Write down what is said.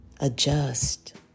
Adjust